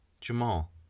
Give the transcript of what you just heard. Jamal